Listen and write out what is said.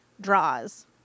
draws